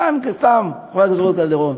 חברת הכנסת רות קלדרון.